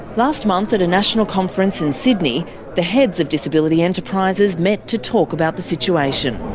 last month at a national conference in sydney the heads of disability enterprises met to talk about the situation.